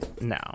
No